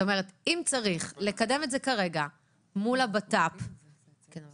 אם צריך לקדם את זה מול המשרד לביטחון